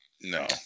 No